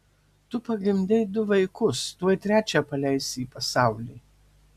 tu pagimdei du vaikus tuoj trečią paleisi į pasaulį